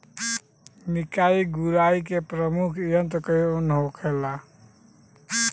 निकाई गुराई के प्रमुख यंत्र कौन होखे?